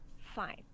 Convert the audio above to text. Fine